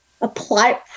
apply